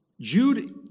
Jude